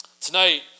Tonight